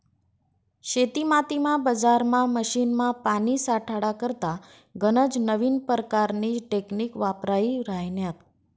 शेतीमातीमा, बजारमा, मशीनमा, पानी साठाडा करता गनज नवीन परकारनी टेकनीक वापरायी राह्यन्यात